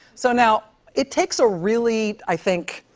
so now it takes a really, i think.